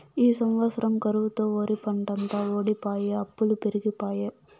ఈ సంవత్సరం కరువుతో ఒరిపంటంతా వోడిపోయె అప్పులు పెరిగిపాయె